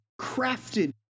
crafted